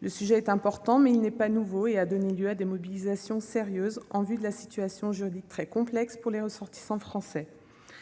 Le sujet est important, mais il n'est pas nouveau. Il a donné lieu à des mobilisations sérieuses eu égard à des situations juridiques très complexes pour les ressortissants français.